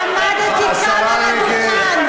עמדתי כאן על הדוכן,